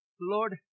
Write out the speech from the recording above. Lord